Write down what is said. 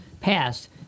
passed